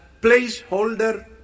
placeholder